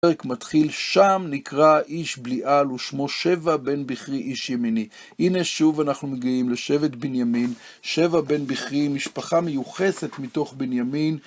מתחיל שם נקרא איש בליעל, ושמו שבע בן בכרי איש ימיני. הנה שוב אנחנו מגיעים לשבט בנימין, שבע בן בכרי, משפחה מיוחסת מתוך בנימין.